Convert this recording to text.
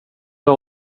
dag